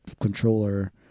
controller